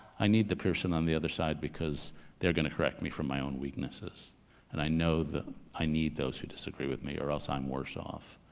i need the person on the other side because they're gonna correct me from my own weaknesses and i know that i need those who disagree with me or else i'm worse off.